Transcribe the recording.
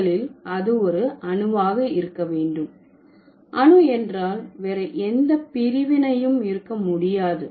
முதலில் அது ஒரு அணுவாக இருக்க வேண்டும் அணு என்றால் வேறு எந்த பிரிவினையும் இருக்க முடியாது